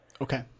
Okay